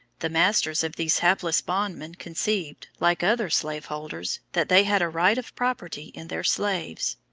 the masters of these hapless bondmen conceived, like other slave-holders, that they had a right of property in their slaves.